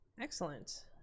Excellent